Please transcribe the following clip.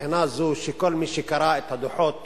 מבחינה זו שכל מי שקרא את הדוחות